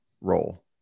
role